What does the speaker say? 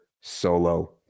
solo